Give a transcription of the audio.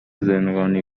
زندگانی